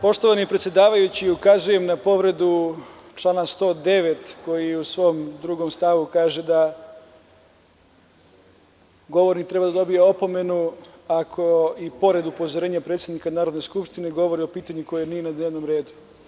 Poštovani predsedavajući, ukazujem na povredu člana 109. koji u svom 2. stavu kaže da govornik treba da dobije opomenu ako i pored upozorenja predsednika Narodne skupštine govori o pitanju koje nije na dnevnom redu.